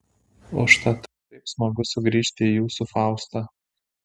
užtat taip smagu sugrįžti į jūsų faustą